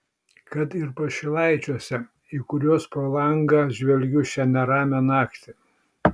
kad ir pašilaičiuose į kuriuos pro langą žvelgiu šią neramią naktį